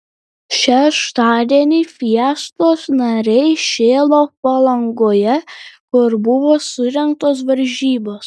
šeštadienį fiestos nariai šėlo palangoje kur buvo surengtos varžybos